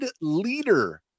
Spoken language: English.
Leader